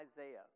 Isaiah